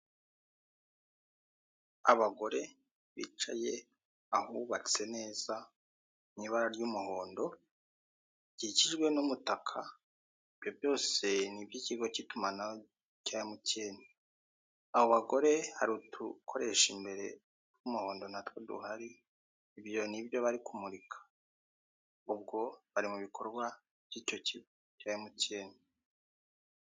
Abagore bicaye ahubatse neza mu ibara ry'umuhondo bikikijwe n'umutaka, ibyo byose ni iby'ikigo cy'itumanaho cya emutiyene. Abo bagore hari utukoresho imbere tw'umuhondo natwo duhari, ibyo ni ibyo bari kumurika. Ubwo bari mu bikorwa by'icyo kigo cya emutiyene